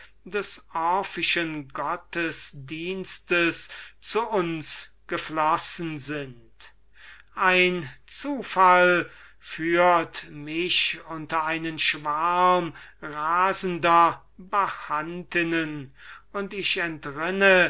des orphischen gottesdiensts zu uns geflossen sind ein zufall führt mich unter einen schwarm rasender bachantinnen und ich entrinne